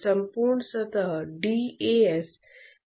यह सुविधा उद्देश्यों के लिए परिभाषित किया गया है